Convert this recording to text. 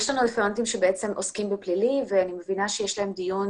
יש לנו רפרנטים שעוסקים בפלילי ואני מבינה שיש להם דיון